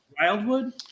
Wildwood